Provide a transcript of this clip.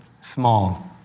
small